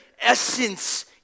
essence